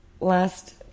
Last